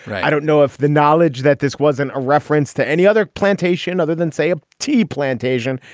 i don't know if the knowledge that this wasn't a reference to any other plantation other than, say, a tea plantation.